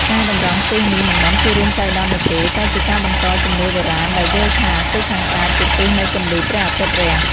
ការតម្រង់ទិសនេះមិនមែនជារឿងចៃដន្យនោះទេ តែជាការបន្តជំនឿបុរាណដែលយល់ថា ទិសខាងកើតជាទិសនៃពន្លឺព្រះអាទិត្យរះ។